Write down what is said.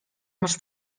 masz